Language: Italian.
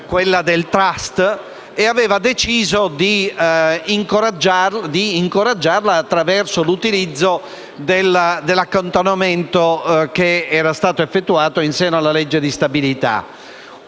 quella del *trust*, e aveva deciso di incoraggiarla attraverso l'utilizzo dell'accantonamento effettuato in seno alla legge di stabilità.